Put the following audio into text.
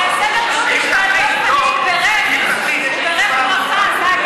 פשוט הטקסט הכי יפה שאני מכיר בשפה העברית.